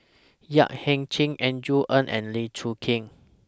Yap Ee Chian Andrew Ang and Lee Choon Kee